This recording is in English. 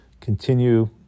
Continue